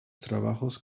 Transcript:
trabajos